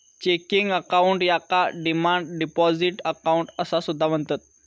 checking account याका demand deposit account असा सुद्धा म्हणतत